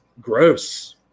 gross